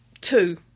two